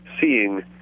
seeing